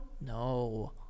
No